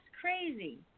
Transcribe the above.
crazy